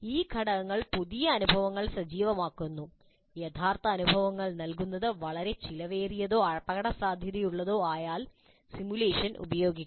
ഈ ഘടകങ്ങൾ പുതിയ അനുഭവങ്ങൾ സജീവമാക്കുന്നു യഥാർത്ഥ അനുഭവങ്ങൾ നൽകുന്നത് വളരെ ചെലവേറിയതോ അപകടസാധ്യതയുള്ളതോ ആയാൽ സിമുലേഷൻ ഉപയോഗിക്കുക